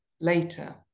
later